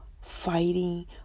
fighting